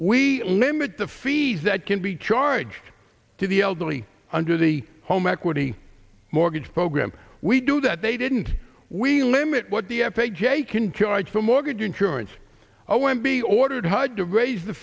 we limit the fees that can be charged to the elderly under the home equity mortgage program we do that they didn't we limit what the f h a can cure for mortgage insurance i went be ordered hard to raise the